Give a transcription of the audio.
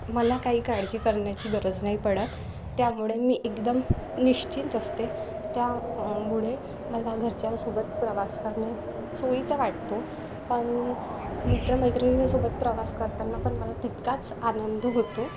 मला काही काळजी करण्याची गरज नाही पडत त्यामुळे मी एकदम निश्चिंत असते त्या मुळे मला घरच्यांसोबत प्रवास करणे सोयीचा वाटतो पण मित्र मैत्रिणींसोबत प्रवास करताना पण मला तितकाच आनंद होतो